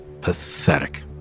pathetic